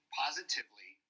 positively